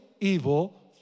evil